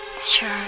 Sure